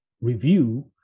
review